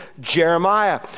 Jeremiah